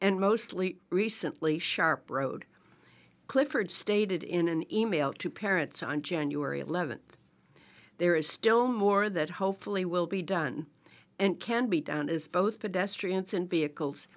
and mostly recently sharp road clifford stated in an email to parents on january eleventh there is still more that hopefully will be done and can be done as both